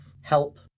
help